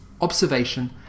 observation